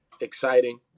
exciting